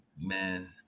Man